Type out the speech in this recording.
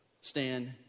stand